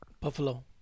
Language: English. Buffalo